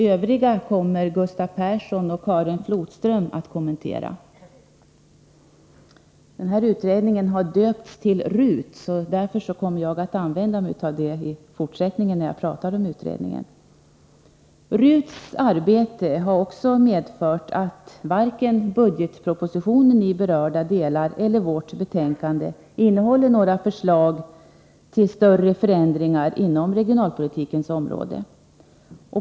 Övriga reservationer kommer Gustav Persson och Karin Flodström att kommentera. Denna utredning har döpts till RUT, och därför kommer jag att använda den beteckningen i fortsättningen när jag talar om utredningen. RUT:s arbete har också medfört att varken budgetpropositionen i berörda delar eller vårt betänkande innehåller några förslag till större förändringar inom regionalpolitikens område.